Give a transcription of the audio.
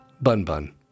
Bun-Bun